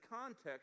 context